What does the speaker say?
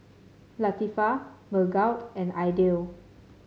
Latifa Megat and Aidil